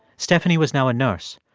stephanie was now a nurse.